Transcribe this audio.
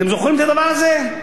אתם זוכרים את הדבר הזה,